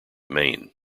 maine